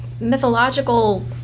mythological